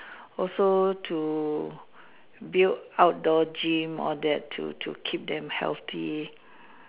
also to build outdoor gym all that to to keep them healthy